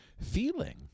feeling